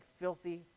filthy